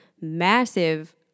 massive